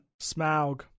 Smaug